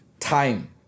Time